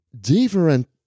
different